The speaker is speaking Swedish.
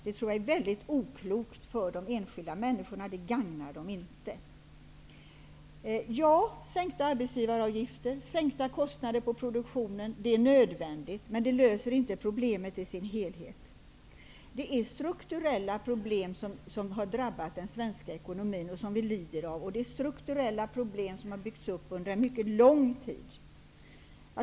Det är mycket oklokt, och det gagnar inte de enskilda människorna. Ja, det är nödvändigt att sänka arbetsgivaravgifterna och sänka kostnaderna för produktionen, men det löser inte problemen i deras helhet. Det är strukturella problem som har drabbat den svenska ekonomin och som vi lider av, och det är strukturella problem som har byggts upp under mycket lång tid.